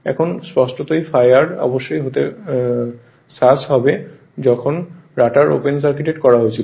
এখন স্পষ্টতই ∅r অবশ্যই হতে saas হবে যখন রটার ওপেন সার্কিট করা হয়েছিল